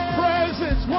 presence